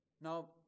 Now